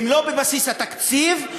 הם לא בבסיס התקציב,